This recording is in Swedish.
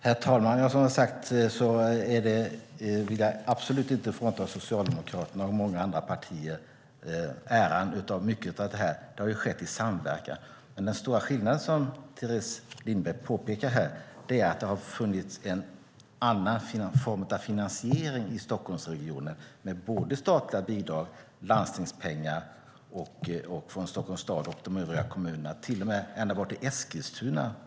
Herr talman! Jag vill absolut inte frånta Socialdemokraterna och många andra partier äran av det som skett. Det har skett i samverkan. Den stora skillnaden är, som Teres Lindberg påpekar, att det har funnits en annan form av finansiering i Stockholmsregionen - statliga bidrag, landstingspengar och pengar från Stockholms stad och kranskommuner ända bort till Eskilstuna.